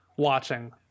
watching